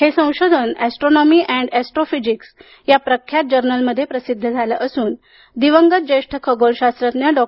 हे संशोधन astronomy and astrophysics या प्रख्यात जर्नलमध्ये प्रसिद्ध झालं असून दिवंगत ज्येष्ठ खगोलशास्त्रज्ञ डॉ